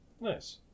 Nice